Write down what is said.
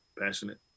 Passionate